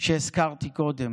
שהזכרתי קודם.